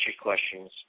questions